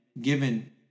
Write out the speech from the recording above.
given